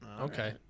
Okay